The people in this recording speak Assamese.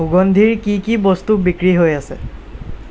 সুগন্ধিৰ কি কি বস্তু বিক্ৰী হৈ আছে